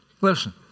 listen